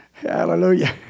Hallelujah